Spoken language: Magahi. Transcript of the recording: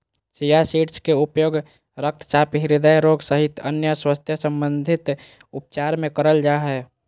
चिया सीड्स के उपयोग रक्तचाप, हृदय रोग सहित अन्य स्वास्थ्य संबंधित उपचार मे करल जा हय